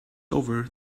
over